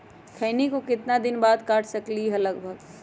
खैनी को कितना दिन बाद काट सकलिये है लगभग?